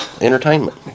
Entertainment